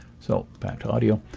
so back to audio.